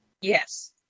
Yes